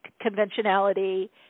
conventionality